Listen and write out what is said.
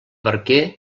barquer